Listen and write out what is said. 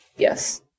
Yes